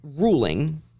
ruling